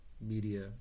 media